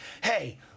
hey